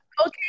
okay